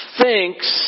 thinks